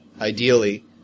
Ideally